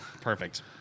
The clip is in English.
Perfect